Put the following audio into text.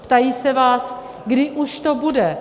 Ptají se vás: kdy už to bude?